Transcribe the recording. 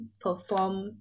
perform